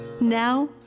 Now